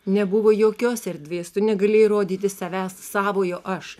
nebuvo jokios erdvės tu negalėjai rodyti savęs savojo aš